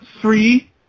three